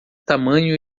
tamanho